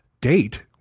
date